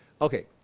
Okay